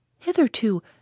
Hitherto